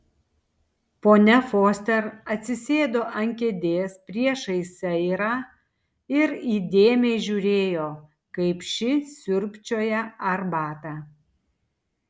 ponia foster atsisėdo ant kėdės priešais seirą ir įdėmiai žiūrėjo kaip ši siurbčioja arbatą